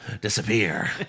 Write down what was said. disappear